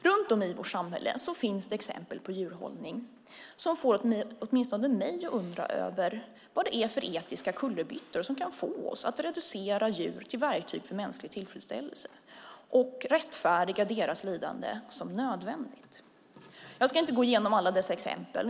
Runt om i vårt samhälle finns det exempel på djurhållning som får åtminstone mig att undra över vad det är för etiska kullerbyttor som kan få oss att reducera djur till verktyg för mänsklig tillfredsställelse och rättfärdiga deras lidande som nödvändigt. Jag ska inte gå igenom alla dessa exempel.